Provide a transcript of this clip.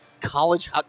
College